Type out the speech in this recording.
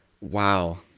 Wow